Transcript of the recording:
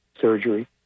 surgery